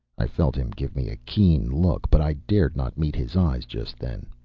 i felt him give me a keen look, but i dared not meet his eyes just then.